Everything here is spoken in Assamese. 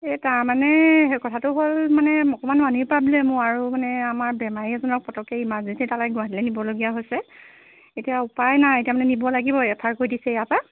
এই তাৰমানে কথাটো হ'ল মানে অকণমান মানিৰ প্ৰবলেমো আৰু মানে আমাৰ বেমাৰী এজনক পতককৈ ইমাৰজেঞ্চি এটালৈ গুৱাহাটীলৈ নিবলগীয়া হৈছে এতিয়া উপায় নাই এতিয়া মানে নিব লাগিবই ৰেফাৰ কৰি দিছে ইয়াৰ পৰা